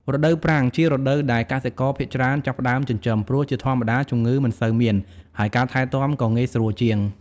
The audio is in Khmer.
រដូវប្រាំង ជារដូវដែលកសិករភាគច្រើនចាប់ផ្ដើមចិញ្ចឹម ព្រោះជាធម្មតាជំងឺមិនសូវមាន ហើយការថែទាំក៏ងាយស្រួលជាង។